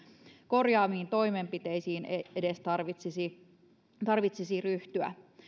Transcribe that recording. korjaaviin toimenpiteisiin edes tarvitsisi tarvitsisi ryhtyä